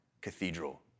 cathedral